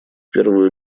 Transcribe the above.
первую